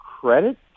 credit